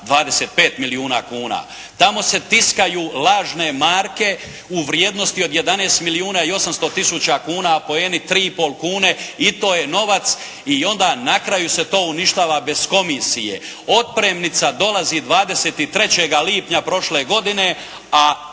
25 milijuna kuna. Tamo se tiskaju lažne marke u vrijednosti 11 milijuna i 800 tisuća kuna, poeni 3,5 kune i to je novac, i onda na kraju se to uništava bez komisije. Opremnica dolazi 23 lipnja prošle godine a